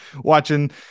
watching